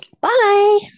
Bye